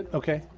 okay.